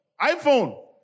iPhone